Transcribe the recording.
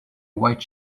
white